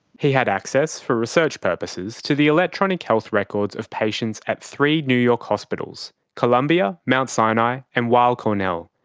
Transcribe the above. he had access, for research purposes, to the electronic health records of patients at three new york hospitals columbia, mount sinai and weill cornell.